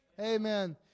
Amen